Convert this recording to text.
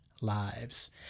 lives